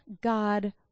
God